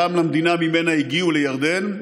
להעבירם למדינה שממנה הגיעו, לירדן,